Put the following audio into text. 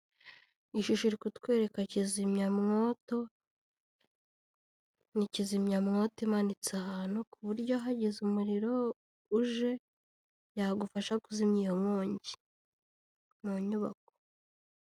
Iyi shusho iri kutwereka kizimyamwoto, ni kizimyamwoto imanitse ahantu, ku buryo hagize umuriro uje yagufasha kuzimya iyo nkongi mu nyubako.